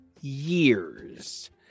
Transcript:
years